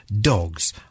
dogs